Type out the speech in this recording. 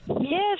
Yes